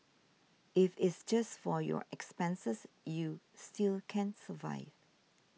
if it's just for your expenses you still can survive